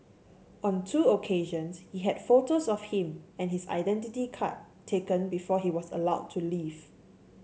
on two occasions he had photos of him and his identity card taken before he was allowed to leave